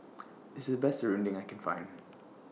This IS The Best Serunding that I Can Find